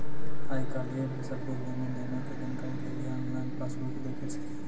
आइ काल्हि सभ्भे लेन देनो के जानकारी लेली आनलाइन पासबुक देखै छै